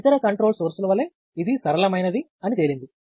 ఇతర కంట్రోల్ సోర్స్ల వలె ఇది సరళమైనది అని తేలింది